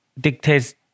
dictates